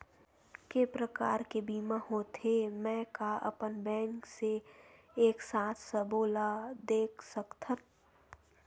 के प्रकार के बीमा होथे मै का अपन बैंक से एक साथ सबो ला देख सकथन?